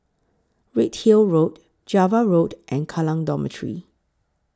Redhill Road Java Road and Kallang Dormitory